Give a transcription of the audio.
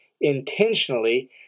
intentionally